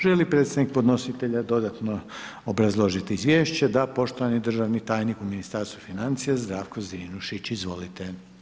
Želi li predsjednik podnositelja dodatno obrazložiti izvješće, da, poštovani državni tajnik u Ministarstvu financija Zdravko Zrinušić, izvolite.